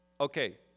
Okay